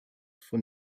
von